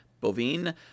Bovine